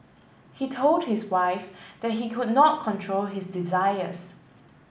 he told his wife that he could not control his desires